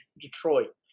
Detroit –